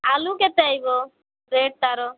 ଆଳୁ କେତେ ଆସିବ ରେଟ୍ ତା'ର